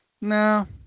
No